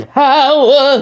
power